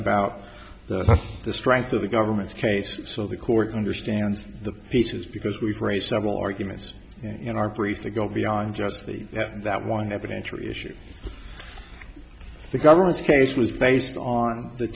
about the strength of the government's case so the courts understands the faeces because we've raised several arguments in our pleas to go beyond just the that one evidence or issue of the government's case was based on the